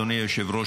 ואדוני היושב-ראש,